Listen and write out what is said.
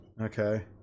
Okay